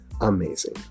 amazing